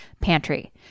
pantry